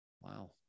wow